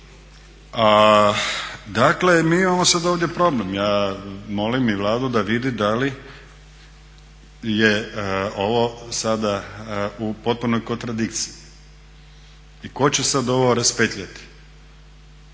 Dakle mi imamo sad ovdje problem. Ja molim i Vladu da vidi da li je ovo sada u potpunoj kontradikciji i ko će sad ovo raspetljati?